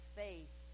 faith